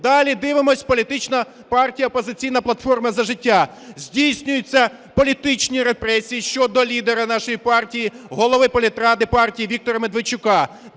Далі дивимося. Політична партія "Опозиційна платформа – За життя", здійснюються політичні репресії щодо лідера нашої партії, голови політради партії Віктора Медведчука.